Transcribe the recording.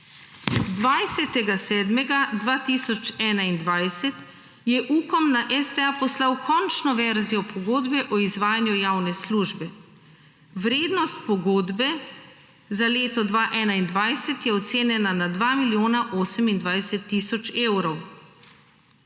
7. 2021 je Ukom na STA poslal končno verzijo pogodbe o izvajanju javne službe. Vrednost pogodbe za leto 2021 je ocenjena na 2 milijona 28 tisoč evrov.